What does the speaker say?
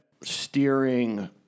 steering